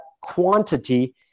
quantity